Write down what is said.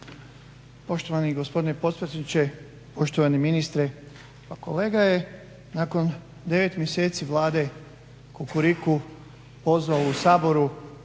Poštovani gospodine potpredsjedniče, poštovani ministre. Pa kolega je nakon 9 mjeseci Vlade kukuriku pozvao u Saboru